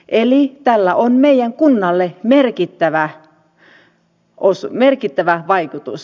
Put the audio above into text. eli tällä on meidän kunnalle merkittävä vaikutus